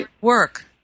work